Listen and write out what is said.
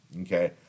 okay